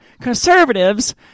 conservatives